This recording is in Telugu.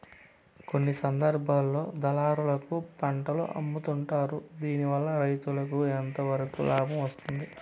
కొన్ని సందర్భాల్లో దళారులకు పంటలు అమ్ముతుంటారు దీనివల్ల రైతుకు ఎంతవరకు లాభం వస్తుంది?